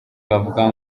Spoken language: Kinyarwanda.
bavuga